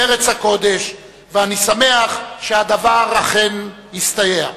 בארץ הקודש, ואני שמח שהדבר אכן הסתייע.